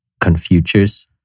Confucius